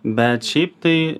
bet šiaip tai